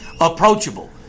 approachable